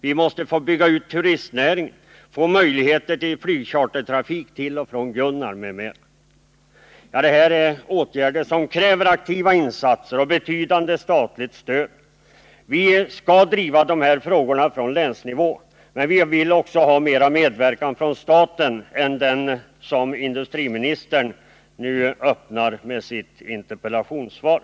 Vi måste få bygga ut turistnäringen — få möjlighet till flygchartertrafik till och från Gunnarn m.m. Men det är fråga om åtgärder som kräver aktiva insatser och betydande statligt stöd. Vi skall driva frågorna på länsnivå — men vi vill också ha mera av medverkan från staten än den som industriministern öppnar möjlighet för genom sitt interpellationssvar.